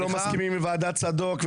ולא מסכימים עם ועדת צדוק,